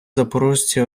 запорожці